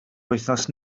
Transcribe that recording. wythnos